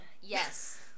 Yes